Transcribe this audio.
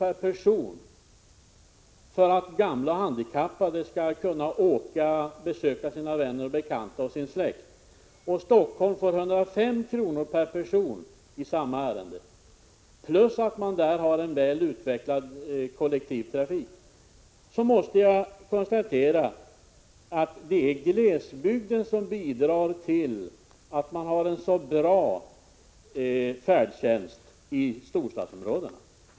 per person, för att gamla och handikappade skall kunna åka och besöka sina vänner och bekanta och sin släkt, och Stockholm får 105 kr. per person för samma ärende och dessutom har en väl utvecklad kollektivtrafik, måste jag konstatera att glesbygden bidrar till att man har en så bra färdtjänst i storstadsområdena.